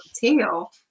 tail